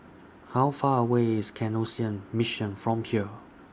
How Far away IS Canossian Mission from here